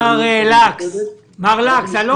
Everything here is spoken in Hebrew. מר לקס, אני לא